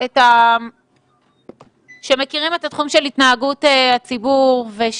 עם הציבור בגמישות,